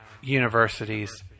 universities